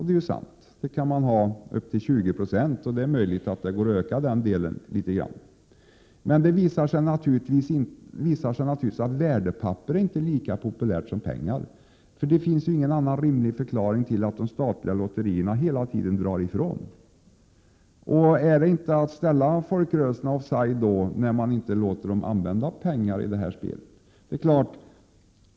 Det är sant att man kan ha det upp till 20 26. Det är möjligt att det går att öka den andelen litet grand. Det visar sig emellertid att värdepapper inte är lika populära som pengar. Det finns ju ingen annan rimlig förklaring till att de statliga lotterierna hela tiden drar ifrån. Ärinte det att ställa folkrörelserna offside när man inte låter dem använda pengar i det här spelet?